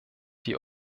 die